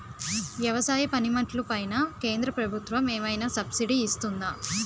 వ్యవసాయ పనిముట్లు పైన కేంద్రప్రభుత్వం ఏమైనా సబ్సిడీ ఇస్తుందా?